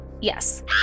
Yes